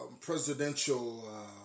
presidential